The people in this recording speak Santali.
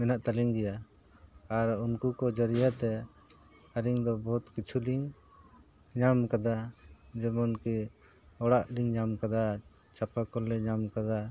ᱢᱮᱱᱟᱜ ᱛᱟᱹᱞᱤᱧ ᱜᱮᱭᱟ ᱟᱨ ᱩᱱᱠᱩ ᱠᱚ ᱡᱟᱹᱨᱤᱭᱟᱹ ᱛᱮ ᱟᱹᱞᱤᱧ ᱫᱚ ᱵᱚᱦᱩᱛ ᱠᱤᱪᱷᱩ ᱞᱤᱧ ᱧᱟᱢ ᱟᱠᱟᱫᱟ ᱡᱮᱢᱚᱱ ᱠᱤ ᱚᱲᱟᱜ ᱞᱤᱧ ᱧᱟᱢ ᱠᱟᱫᱟ ᱪᱟᱯᱟ ᱠᱚᱞ ᱞᱮ ᱧᱟᱢ ᱠᱟᱫᱟ